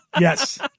Yes